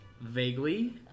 vaguely